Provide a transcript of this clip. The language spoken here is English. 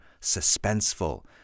suspenseful